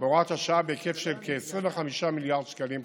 בהוראת השעה בהיקף של כ-25 מיליארד שקלים חדשים.